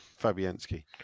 Fabianski